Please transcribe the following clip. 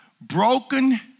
Broken